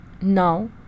Now